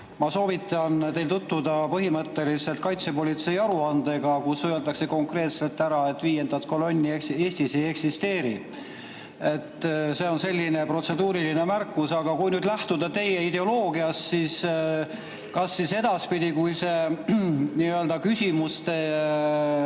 Ma soovitan teil tutvuda põhimõtteliselt kaitsepolitsei aruandega, kus öeldakse konkreetselt ära, et viiendat kolonni Eestis ei eksisteeri. See on selline protseduuriline märkus. Aga kui nüüd lähtuda teie ideoloogiast, kas siis edaspidi, kui on küsimuste